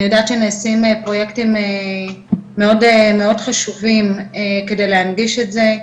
אני יודעת שנעשים פרויקטים מאוד חשובים כדי להנגיש את זה,